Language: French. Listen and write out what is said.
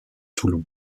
toulon